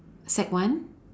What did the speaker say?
sec one